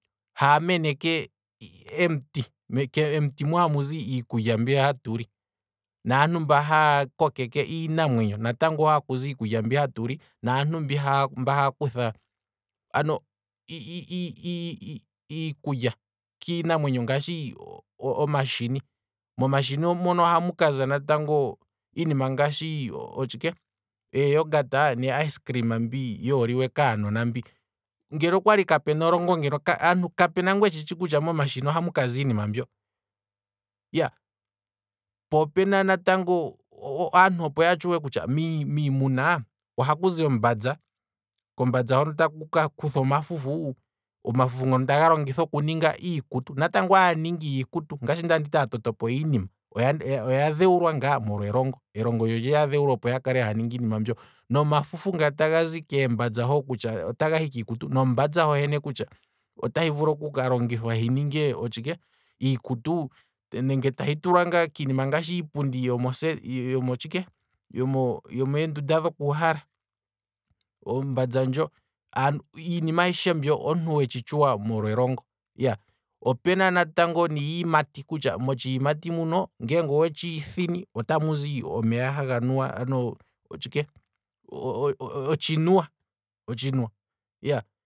Haa meneke em'ti, em'ti mwiya hamu zi iikulya mbiya hatuli, naantu mba haya kokeke iinamwenyo natango hakuzi iikulya mbi hatu li, naantu mba- mba haa kutha, iikulya kiinamwenyo ngaashi omashini, momashini mono ohamu kaza natngo iinima ngaashi otshike, e youngat ne icecream mbi yooliwe kaanona mbi, ngeno okwali kapuna elongo ngeno aantu kaye tshi kutya momashini ohamu kaza iinima yafa mbyo. Po opena natango aantu opo ya tshuwe kutya mi- mi- miimuna, ohakuzi ombanza, kombanza hono taku kakuthwa omafufu, omafufu ngono taga longithwa okuninga iikutu, natango aaningi yiiikutu ngashi kwali anditi aatoti po yiinima, oya dhewulwa ngaa molwa elongo, elongo olyo lyeya dhewula opo ya kale taya ningi iinima mbyo, nomafufu nga tagazi keembanza hono otaga hi kiikutu, nombanza ngaa hohene kutya otahi vulu okuka longithwa hi ninge tshike, iikutu nenge tahi tulwa ngaa ngashi kiipundi yomoseti yomothsike, yomeendunda dho kuuhala, ombanza ndjo, iinima ayishe mbyo omuntu wetshi tshuwa molwa elongo, opuna natango niiyimati, puna kutya otshi yimati shika nge owetshi thini, otamuzi omeya haga nuwa otshike, otshinwa iyaaaa